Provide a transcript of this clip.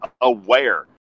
aware